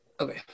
Okay